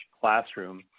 classroom